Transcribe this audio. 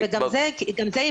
וגם זה מעכב.